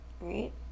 right